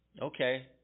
okay